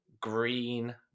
green